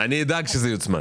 אדאג שזה יוצמד.